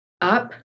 up